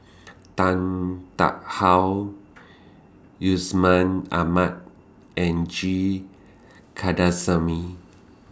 Tan Tarn How Yusman Aman and G Kandasamy